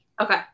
Okay